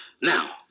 Now